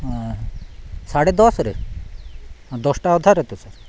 ହଁ ସାଢ଼େ ଦଶରେ ଦଶଟା ଅଧାରେ ତ ସାର୍